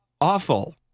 awful